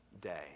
day